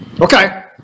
Okay